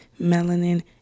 Melanin